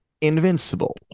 Invincible